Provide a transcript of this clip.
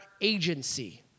agency